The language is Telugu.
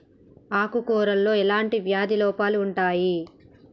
ఆకు కూరలో ఎలాంటి వ్యాధి లోపాలు ఉంటాయి?